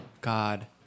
God